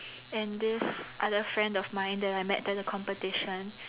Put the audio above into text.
and this other friend of mine that I met at the competition